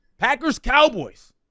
Packers-Cowboys